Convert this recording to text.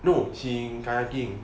no she in kayaking